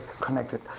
connected